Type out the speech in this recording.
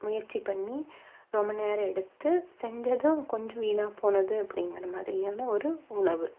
முயற்சி பண்ணி ரொம்ப நேரம் எடுத்து செஞ்சதும் கொஞ்சம் வீணாக போனது அப்படிங்கிற மாதிரியான ஒரு உணவு